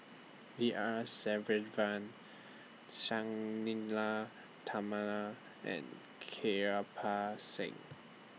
B R Sang Nila and Kirpal Singh